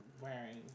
Wearing